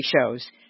shows